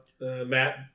Matt